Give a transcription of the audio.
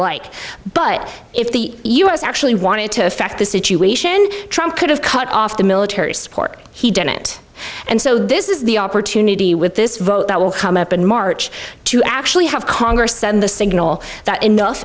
like but if the us actually wanted to affect the situation trunk could have cut off the military support he did it and so this is the opportunity with this vote that will come up in march to actually have congress send the signal that enough